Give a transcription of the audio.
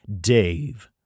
Dave